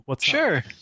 Sure